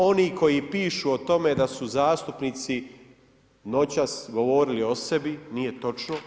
Oni koji pišu o tome da su zastupnici noćas govorili o sebi, nije točno.